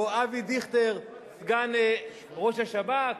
או אבי דיכטר, סגן ראש השב"כ,